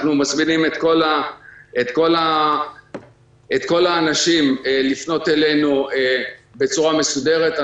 אנחנו מזמינים את כל האנשים לפנות אלינו בצורה מסודרת.